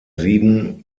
sieben